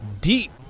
Deep